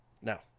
now